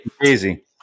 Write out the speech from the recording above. Crazy